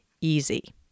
easy